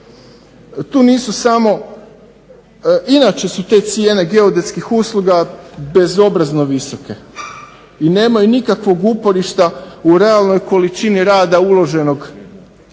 puno niže cijene. Inače su te cijene geodetskih usluga bezobrazno visoke i nemaju nikakvog uporišta u realnoj količini rada uloženog